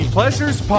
Pleasures